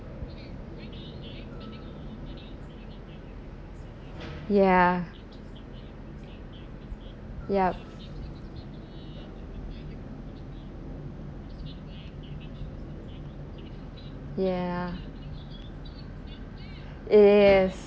ya yup ya yes